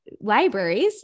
libraries